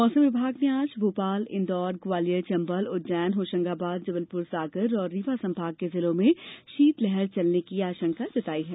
मौसम विभाग ने आज इंदौर भोपाल ग्वालियर चंबल उज्जैन होशंगाबाद जबलपुर सागर और रीवा संभाग के जिलों में शीतलहर चलने की आशंका जताई गई है